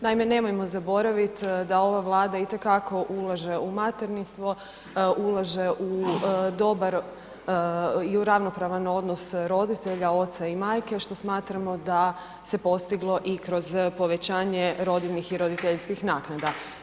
Naime, nemojmo zaboravit da ova Vlada itekako ulaže u materinstvo, ulaže u dobar i u ravnopravan odnos roditelja oca i majke, što smatramo da se postiglo i kroz povećanje rodiljnih i roditeljskih naknada.